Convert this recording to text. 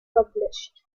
published